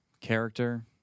character